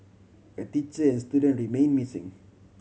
a teacher and student remain missing